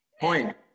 point